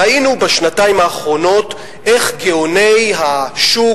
ראינו בשנתיים האחרונות איך גאוני השוק